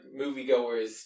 moviegoers